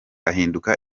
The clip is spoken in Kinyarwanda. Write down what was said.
ahinduka